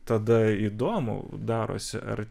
tada įdomu darosi ar